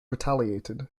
retaliated